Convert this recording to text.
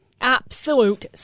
Absolute